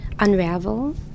Unravel